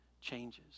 changes